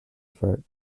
effort